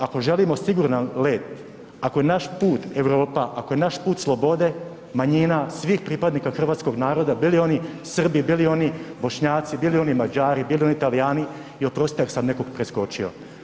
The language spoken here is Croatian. Ako želimo siguran let, ako je naš put Europa, ako je naš put slobode manjina svih pripadnika hrvatskog naroda, bili oni Srbi, bili oni Bošnjaci, bili oni Mađari, bili oni Talijani, i oprostite ako sam nekog preskočio.